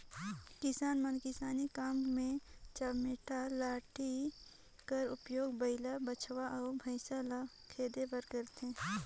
किसान मन किसानी काम मे चमेटा लाठी कर उपियोग बइला, बछवा अउ भइसा ल खेदे बर करथे